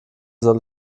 soll